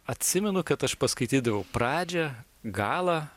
atsimenu kad aš paskaitydavau pradžią galą